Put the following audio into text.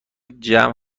جمع